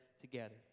together